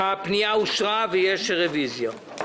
הפנייה אושרה ויש רוויזיה.